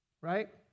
Right